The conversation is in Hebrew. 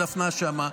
בדפנה שם.